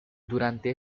durante